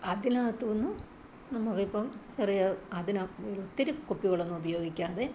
അതിനകത്തുനിന്ന് നമുക്കിപ്പോള് ചെറിയ അതിനപ്പ് ഒത്തിരി കുപ്പികളൊന്നും ഉപയോഗിക്കാതെ